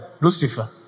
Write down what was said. Lucifer